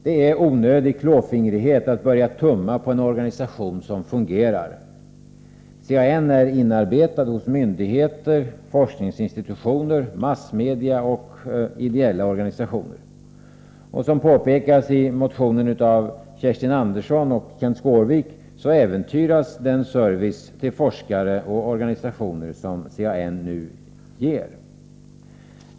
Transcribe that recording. Det är onödig klåfingrighet att börja tumma på en organisation som fungerar. CAN är inarbetat hos myndigheter, forskningsinstitutioner, massmedia och ideella organisationer. Som påpekas i motionen av Kerstin Andersson och Elver Jonsson kan en splittring av funktionerna äventyra den service till forskare och organisationer som CAN nu ger.